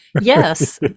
Yes